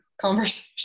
conversation